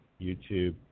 YouTube